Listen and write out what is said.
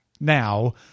now